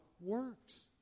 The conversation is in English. works